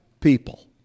people